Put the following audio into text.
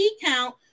count